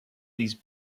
these